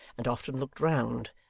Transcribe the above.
and often looked round,